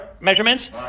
measurements